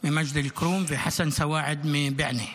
ממג'ד אל-כרום וחסן סואעד מבענה,